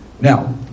Now